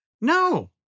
No